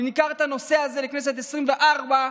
וניקח את הנושא הזה לכנסת העשרים-וארבע,